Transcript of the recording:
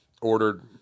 ordered